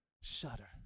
shudder